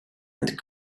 and